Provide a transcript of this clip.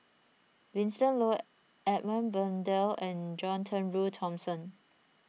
Winston Oh Edmund Blundell and John Turnbull Thomson